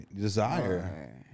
desire